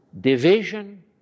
division